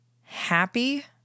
Happy